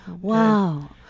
Wow